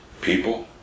people